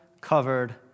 covered